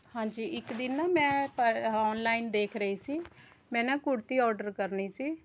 ਹਾਂਜੀ ਇੱਕ ਦਿਨ ਨਾ ਮੈਂ ਪ ਆਹ ਆਨਲਾਈਨ ਦੇਖ ਰਹੀ ਸੀ ਮੈਂ ਨਾ ਕੁੜਤੀ ਆਰਡਰ ਕਰਨੀ ਸੀ